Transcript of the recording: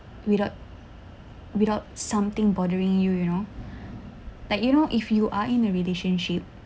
without without something bothering you you know like you know if you are in a relationship